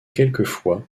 quelquefois